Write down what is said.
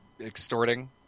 extorting